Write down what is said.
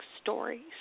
stories